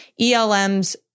ELMs